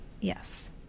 Yes